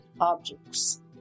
objects